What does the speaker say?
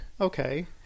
Okay